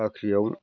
बाख्रियाव